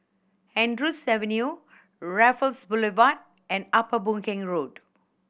Andrews Avenue Raffles Boulevard and Upper Boon Keng Road